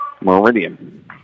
Meridian